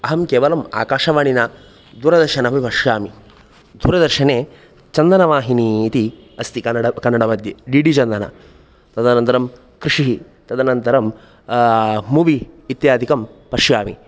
अहं केवलम् आकाशवाणी न दूरदर्शनमपि पश्यामि दूरदर्शने चन्दनवाहिनी इति अस्ति कन्नड कन्नडमध्ये डि डि चन्दन तदनन्तरं कृषिः तदनन्तरं मूवि इत्यादिकं पश्यामि